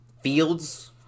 Fields